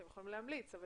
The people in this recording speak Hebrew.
אתם יכולים להמליץ או